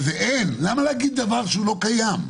למה להגיד דבר שלא קיים?